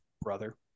brother